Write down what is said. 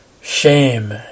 Shame